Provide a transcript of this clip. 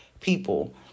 people